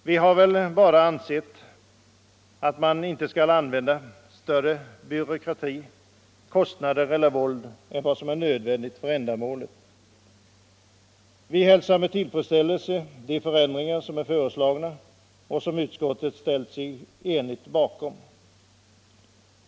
Vi har bara ansett att man inte skall använda större byråkrati, kostnader eller våld än vad som är nödvändigt för ändamålet. Vi hälsar med tillfredsställelse de förändringar som är föreslagna och som utskottet ställt sig enigt bakom.